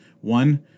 One